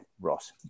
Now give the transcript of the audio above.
Ross